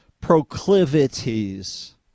proclivities